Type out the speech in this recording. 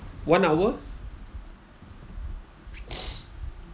one hour